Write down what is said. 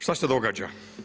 Šta se događa?